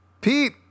Pete